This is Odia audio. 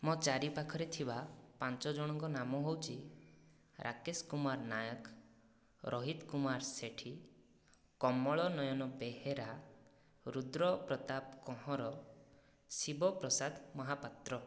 ମୋ ଚାରିପାଖରେ ଥିବା ପାଞ୍ଚ ଜଣଙ୍କ ନାମ ହେଉଛି ରାକେଶ କୁମାର ନାୟକ ରୋହିତ କୁମାର ସେଠି କମଳ ନୟନ ବେହେରା ରୁଦ୍ର ପ୍ରତାପ କହଁର ଶିବ ପ୍ରସାଦ ମହାପତ୍ର